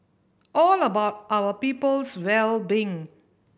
all about our people's well being